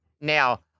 Now